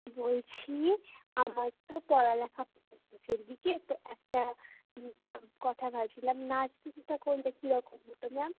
বলছি আমার তো পড়া লেখা প্রায় শেষের দিকে তো একটা কথা ভাবছিলাম নার্সিংটা করলে কীরকম হতো ম্যাম